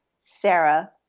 sarah